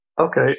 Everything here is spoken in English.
Okay